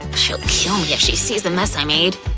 she'll kill me if she sees the mess i made.